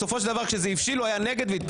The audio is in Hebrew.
בסופו של דבר כשזה הבשיל, הוא היה נגד והתפטר.